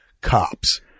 cops